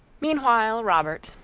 meanwhile robert,